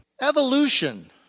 Evolution